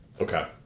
Okay